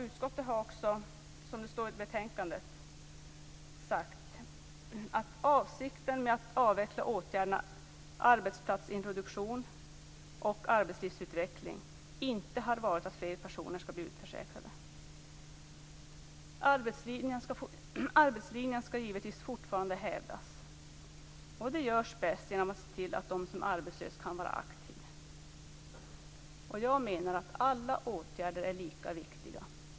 Utskottet har också sagt, som det står i betänkandet, att avsikten med att avveckla åtgärderna arbetsplatsintroduktion och arbetslivsutveckling inte har varit att fler personer skall bli utförsäkrade. Arbetslinjen skall givetvis fortfarande hävdas, och det gör man bäst genom att se till att de arbetslösa kan vara aktiva. Jag menar att alla åtgärder är lika viktiga.